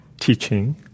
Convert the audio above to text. teaching